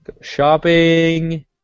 Shopping